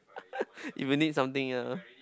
you will need something ah